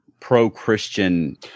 pro-Christian